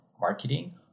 marketing